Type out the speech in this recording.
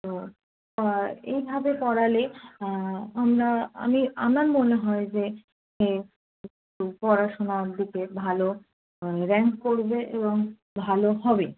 তো এইভাবে পড়ালে আমরা আমি আমার মনে হয় যে পড়াশোনার দিকে ভালো র্যাঙ্ক করবে এবং ভালো হবে